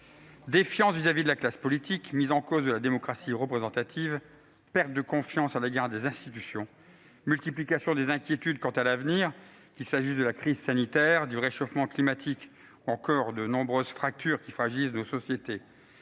défiance vis-à-vis de la classe politique, mise en cause de la démocratie représentative, perte de confiance à l'égard des institutions, multiplication des inquiétudes quant à l'avenir, qu'il s'agisse de la crise sanitaire, du réchauffement climatique ou encore des nombreuses fractures qui fragilisent nos sociétés,